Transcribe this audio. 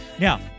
Now